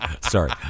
Sorry